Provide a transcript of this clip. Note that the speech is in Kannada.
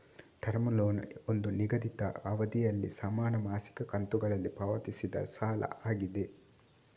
ಟರ್ಮ್ ಲೋನ್ ಒಂದು ನಿಗದಿತ ಅವಧಿನಲ್ಲಿ ಸಮಾನ ಮಾಸಿಕ ಕಂತುಗಳಲ್ಲಿ ಪಾವತಿಸಿದ ಸಾಲ ಆಗಿದೆ